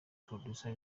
producer